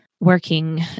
working